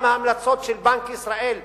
גם ההמלצות של בנק ישראל,